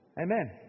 Amen